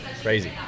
Crazy